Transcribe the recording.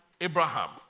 Abraham